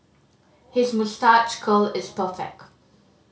his moustache curl is perfect